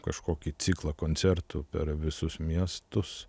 kažkokį ciklą koncertų per visus miestus